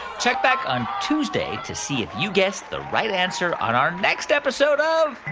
check back on tuesday to see if you guessed the right answer on our next episode of.